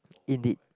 indeed